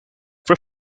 fue